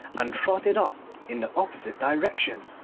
and trotted off in the opposite direction.